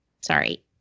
sorry